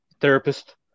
therapist